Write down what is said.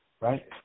right